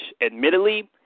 Admittedly